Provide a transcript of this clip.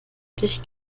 dich